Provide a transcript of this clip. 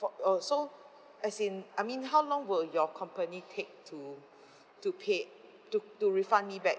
for orh so as in I mean how long will your company take to to pay to to refund me back